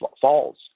falls